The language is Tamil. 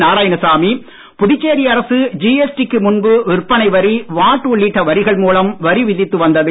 நாராயணசாமி புதுச்சேரி அரசு ஜிஎஸ்டிக்கு முன்பு விற்பனை வரி வாட் உள்ளிட்ட வரிகள் மூலம் வரி விதித்து வந்தது